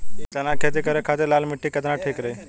चना के खेती करे के खातिर लाल मिट्टी केतना ठीक रही?